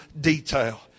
detail